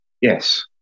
Yes